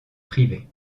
privée